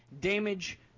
damage